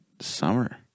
summer